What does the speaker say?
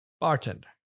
Bartender